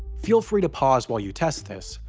feel free to pause while you test this,